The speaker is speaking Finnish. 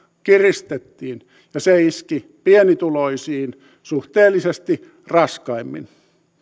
kiristettiin ja se iski pienituloisiin suhteellisesti raskaimmin